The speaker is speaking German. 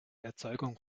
erzeugung